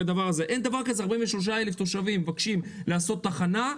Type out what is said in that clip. אין דבר כזה ש-43,000 תושבים מבקשים לעשות תחנה,